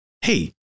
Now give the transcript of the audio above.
hey